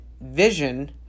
vision